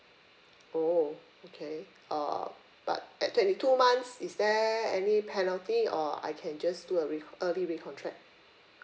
oh okay uh but at twenty two months is there any penalty or I can just do a reco~ early recontract